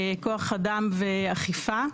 כוח אדם ואכיפה.